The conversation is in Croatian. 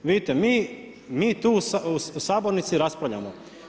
Vidite mi tu u sabornici raspravljamo.